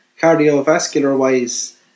cardiovascular-wise